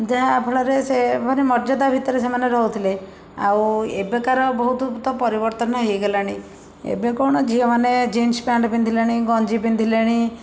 ଯାହାଫଳରେ ସେ ମାନେ ମର୍ଯ୍ୟାଦା ଭିତରେ ସେମାନେ ରହୁଥିଲେ ଆଉ ଏବେକାର ବହୁତ ତ ପରିବର୍ତ୍ତନ ହେଇଗଲାଣି ଏବେ କ'ଣ ଝିଅମାନେ ଜିନ୍ସ ପ୍ୟାଣ୍ଟ ପିନ୍ଧିଲେଣି ଗଞ୍ଜି ପିନ୍ଧିଲେଣି